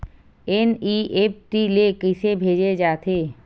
NEFT ले कइसे भेजे जाथे?